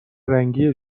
رنگی